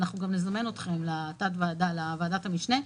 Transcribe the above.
אנחנו נזמן אתכם לוועדת המשנה,